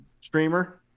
streamer